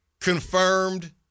confirmed